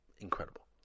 incredible